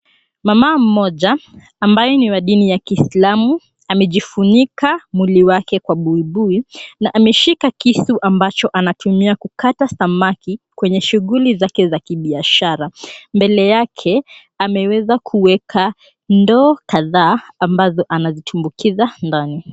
Mama mmoja ambaye ni wa dini ya kiislamu amejifunika mwili wake kwa buibui na ameshika kisu ambacho anatumia kukata samaki kwenye shughuli zake za kibiashara. Mbele yake ameweza kuweka ndoo kadhaa ambazo anazitumbukiza ndani.